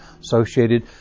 associated